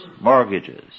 mortgages